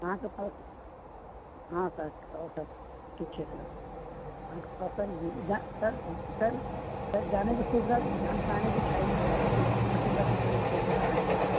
अहाँके हँ सर आओर सभ सर ठीक छै सर अहाँके कतौ सर सर सर जानैके छै जानकारीके छै सर कि कथी कथी स्कीम छै सर अहाँके पास